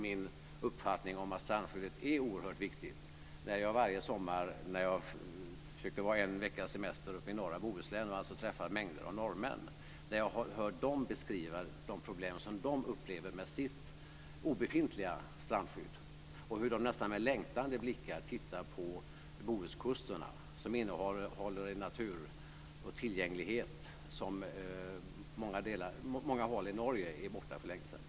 Min uppfattning att strandskyddet är oerhört viktigt befästs när jag varje sommar under en veckas semester i norra Bohuslän träffar mängder av norrmän. Jag har hört dem beskriva de problem som de upplever med sitt obefintliga strandskydd. De tittar med nästan längtande blickar på Bohuskusten, som har en natur och en tillgänglighet som är borta för länge sedan på många håll i Norge.